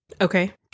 Okay